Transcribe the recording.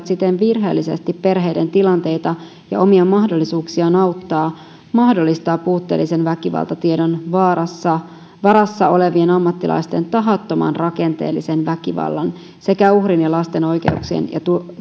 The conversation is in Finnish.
siten virheellisesti perheiden tilanteita ja omia mahdollisuuksiaan auttaa mahdollistaa puutteellisen väkivaltatiedon varassa varassa olevien ammattilaisten tahattoman rakenteellisen väkivallan sekä uhrin ja lasten oikeuksien ja